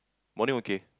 morning okay